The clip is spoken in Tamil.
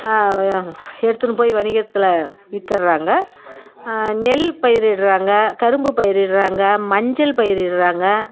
எடுத்துனு போய் வணிகத்தில் விற்றர்றாங்க நெல் பயிரிடறாங்க கரும்பு பயிரிடறாங்க மஞ்சள் பயிரிடறாங்க